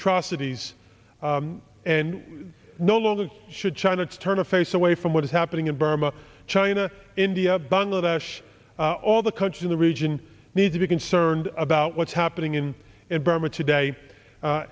atrocities and no longer should china turn a face away from what is happening in burma china india bangladesh all the countries in the region need to be concerned about what's happening in burma today